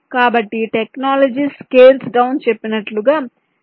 కాబట్టి technologies scales down చెప్పినట్లుగా 0